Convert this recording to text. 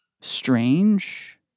strange